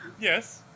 yes